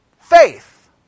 faith